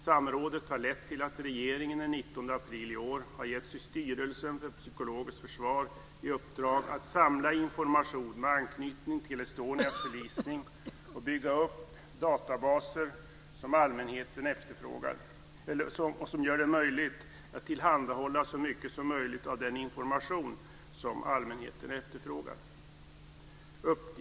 Samrådet har lett till att regeringen den 19 april i år har gett Styrelsen för psykologiskt försvar i uppdrag att samla information med anknytning till Estonias förlisning och bygga upp databaser som gör det möjligt att tillhandahålla så mycket som möjligt av den information som allmänheten efterfrågar.